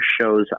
shows